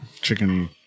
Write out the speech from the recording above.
Chicken